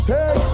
Hey